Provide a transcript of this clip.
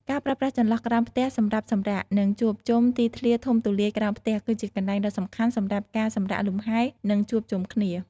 ការប្រើប្រាស់ចន្លោះក្រោមផ្ទះសម្រាប់សម្រាក និងជួបជុំទីធ្លាធំទូលាយក្រោមផ្ទះ គឺជាកន្លែងដ៏សំខាន់សម្រាប់ការសម្រាកលំហែ និងជួបជុំគ្នា ។